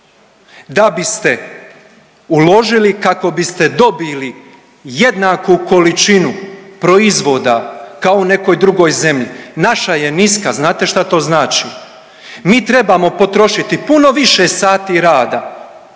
da biste uložili kako biste dobili jednaku količinu proizvoda kao u nekoj drugoj zemlji. Naša je niska, znate šta to znači? Mi trebamo potrošiti puno više sati rada